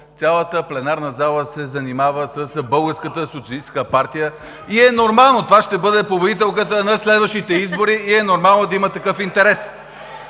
цялата пленарна зала се занимава с „Българската социалистическа партия“ – и е нормално. Това ще бъде победителката на следващите избори и е нормално да има такъв интерес!